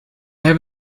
have